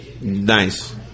Nice